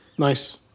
Nice